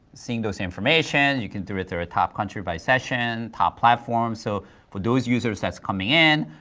seeing those information, you can do it through a top country by session, top platforms, so for those users that's coming in,